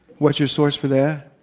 what's your source for that?